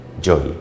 joy